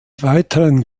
weiteren